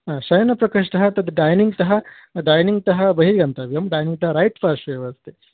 हा शयनप्रकोष्ठः तद् डैनिङ्ग्तः डैनिङ्ग्तः बहिः गन्तव्यं डैनिङ्ग्तः रैट् पार्श्वे एव अस्ति